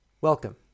Welcome